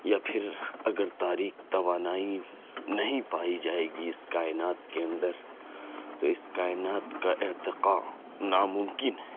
یا پھر اگر تاریک توانائی نہیں پائی جائے گی اس کائنات کے اندر تو اس کائنات کا ارتقا ناممکن ہے